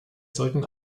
sollten